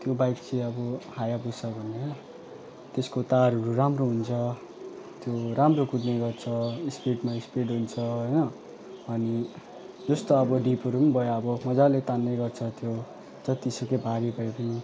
त्यो बाइक चाहिँ अब हायाबुसा भन्ने होइन त्यसको टायरहरू राम्रो हुन्छ त्यो राम्रो कुद्ने गर्छ स्पिडमा स्पिड हुन्छ होइन अनि जस्तो अब डिपहरू नि भयो अब मजाले तान्नेगर्छ त्यो जतिसुकै पानी परे पनि